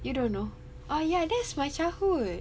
you don't know ah yeah that's my childhood